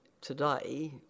today